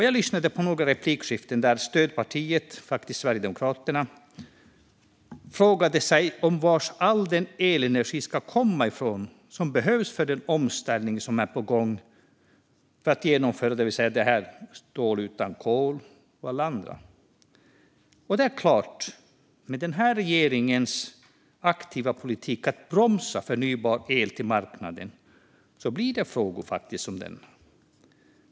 Jag lyssnade på några replikskiften där regeringens stödparti Sverigedemokraterna frågade sig var all den elenergi ska komma ifrån som behövs för att genomföra den omställning som är på gång när det gäller stål utan kol och allt annat. Och det är klart - med regeringens politik att aktivt bromsa förnybar el till marknaden uppstår faktiskt frågor som denna.